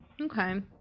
Okay